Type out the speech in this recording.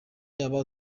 yaba